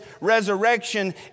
resurrection